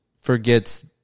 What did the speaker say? forgets